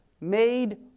made